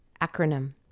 acronym